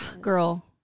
girl